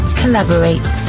collaborate